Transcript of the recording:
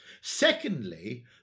Secondly